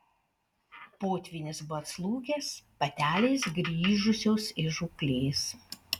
potvynis buvo atslūgęs patelės grįžusios iš žūklės